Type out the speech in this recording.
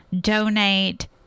donate